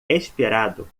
esperado